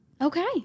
Okay